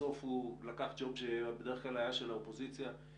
בסוף הוא לקח ג'וב שהיה של האופוזיציה בדרך כלל,